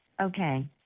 Okay